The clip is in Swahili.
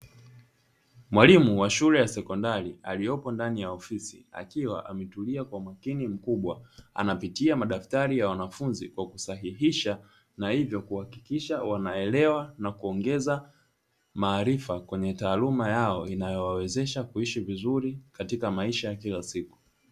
Mwalimu wa shule ya sekondari aliyepo ndani ya ofisi, akiwa ametulia kwa umakini kubwa, anapitia madaftari ya wanafunzi kwa kusahihisha, na hivyo kuhakikisha wanaelewa na kuongeza maarifa kwenye taaluma yao inayowawezesha kuishi vizuri katika maisha ya kila siku.